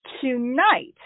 tonight